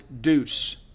Deuce